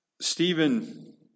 Stephen